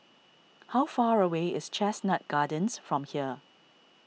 how far away is Chestnut Gardens from here